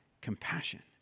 compassion